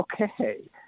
okay